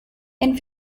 and